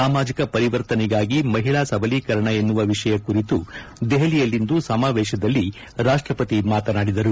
ಸಾಮಾಜಿಕ ಪರಿವರ್ತನೆಗಾಗಿ ಮಹಿಳಾ ಸಬಲಿಕರಣ ಎನ್ನುವ ವಿಷಯ ಕುರಿತು ದೆಹಲಿಯಲ್ಲಿಂದು ಸಮಾವೇತದಲ್ಲಿ ರಾಷ್ಟಪತಿ ಮಾತನಾಡಿದರು